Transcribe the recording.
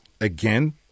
again